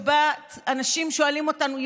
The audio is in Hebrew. שבה אנשים שואלים אותנו,